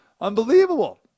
unbelievable